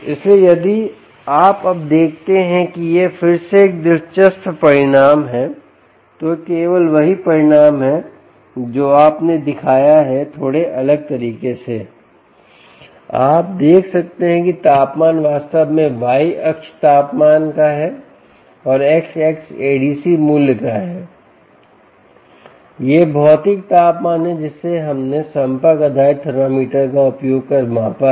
इसलिए यदि आप अब देखते हैं कि यह फिर से एक दिलचस्प परिणाम है तो यह केवल वही परिणाम है जो आपने दिखाया है थोड़े अलग तरीके से आप देख सकते हैं कि तापमान वास्तव में y अक्ष तापमान का है और x अक्ष ADC मूल्य का है यह भौतिक तापमान है जिसे हमने संपर्क आधारित थर्मामीटर का उपयोग कर मापा है